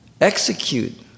execute